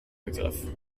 begriff